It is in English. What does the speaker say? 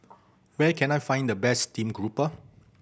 where can I find the best steamed grouper